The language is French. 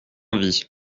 envie